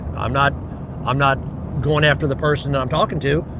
i'm not i'm not going after the person i'm talking to.